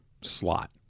slot